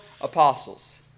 apostles